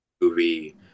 movie